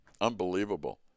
unbelievable